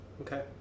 okay